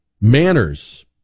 Manners